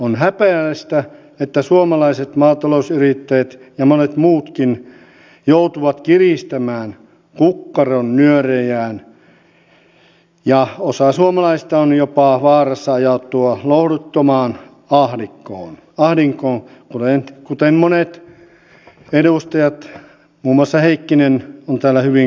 on häpeällistä että suomalaiset maatalousyrittäjät ja monet muutkin joutuvat kiristämään kukkaron nyörejään ja osa suomalaisista on jopa vaarassa ajautua lohduttomaan ahdinkoon kuten monet edustajat muun muassa heikkinen ovat täällä hyvin kuvailleet